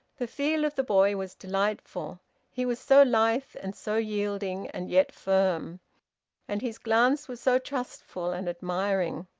the feel of the boy was delightful he was so lithe and so yielding, and yet firm and his glance was so trustful and admiring.